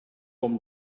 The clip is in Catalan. com